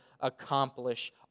accomplish